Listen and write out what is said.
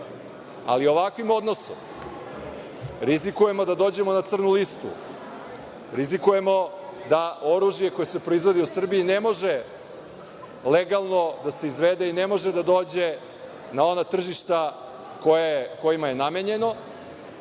Ali, ovakvim odnosom rizikujemo da dođemo na crnu listu, rizikujemo da oružje koje se proizvodi u Srbiji ne može legalno da se izveze i ne može da dođe na ona tržišta kojima je namenjeno